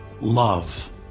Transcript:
Love